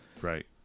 Right